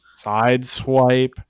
Sideswipe